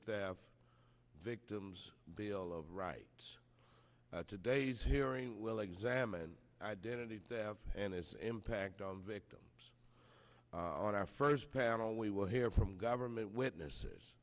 theft victim's bill of rights today's hearing will examine identity theft and its impact on victims on our first panel we will hear from government witnesses